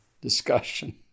discussion